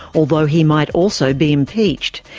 although he might also be impeached,